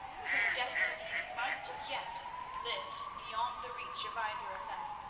whom destiny might yet lift beyond the reach of either of them.